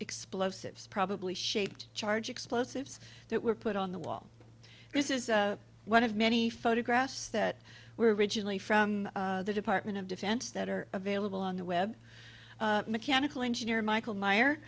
explosives probably shaped charge explosives that were put on the wall this is one of many photographs that were originally from the department of defense that are available on the web mechanical engineer michael meyer